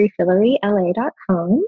refilleryla.com